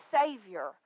Savior